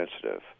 sensitive